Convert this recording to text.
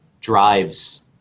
drives